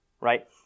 right